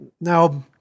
now